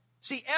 See